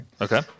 okay